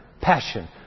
passion